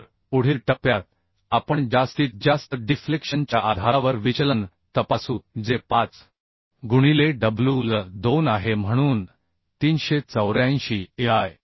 तर पुढील टप्प्यात आपण जास्तीत जास्त डिफ्लेक्शन च्या आधारावर विचलन तपासू जे 5 गुणिले WL 2 आहे म्हणून 384 EIआय